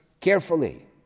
carefully